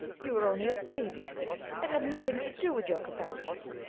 you were only a baby it had nothing to do with your capacity.